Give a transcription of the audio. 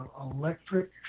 electric